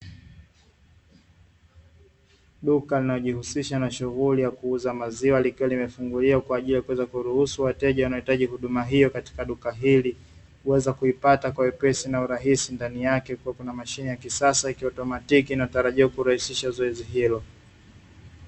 Duka linalojishulisha na shughuli ya kuuza wa maziwa likiwa limefunguliwa kwa ajili ya kuruhusu wateja wanaohitaji huduma hio katika duka hili, kuweza kuipata kwa wepesi na urahisi, ndani yake kukiwa na mashine ya kisasa ya kiomatiki inayotarajiwa kurahisisha zoezi hilo.